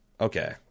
Okay